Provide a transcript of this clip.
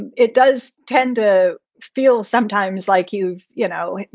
and it does tend to feel sometimes like, you you know,